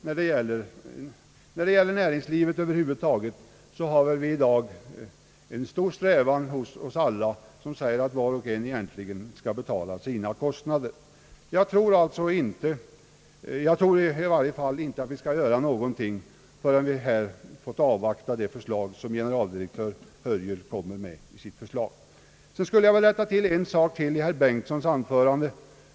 I fråga om näringslivet strävar vi väl allmänt mot att alla bör betala sina egna kostnader. I varje fall tror jag inte att vi bör göra någonting förrän vi fått se det förslag som utredningen kommer med. Jag skulle också vilja rätta till en sak i herr Bengtsons anförande.